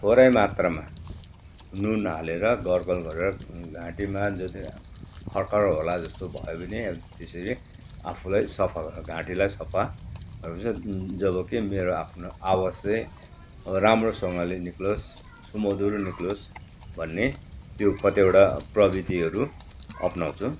थोरै मात्रमा नुन हालेर गर्गल गरेर घाँटीमा यदि खर खर होला जस्तो भयो भने त्यसरी आफूलाई सफा घाँटीलाई सफा जबकि मेरो आफ्नो आवाज चाहिँ अब राम्रोसँगले निक्लिओस् सुमधुर निक्लिओस् भन्ने त्यो कतिवटा प्रविधिहरू अप्नाउँछु